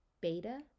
beta